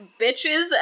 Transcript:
bitches